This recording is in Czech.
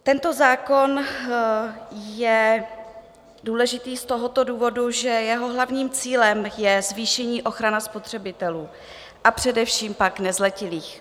Tento zákon je důležitý z toho důvodu, že jeho hlavním cílem je zvýšení ochrany spotřebitelů, a především pak nezletilých.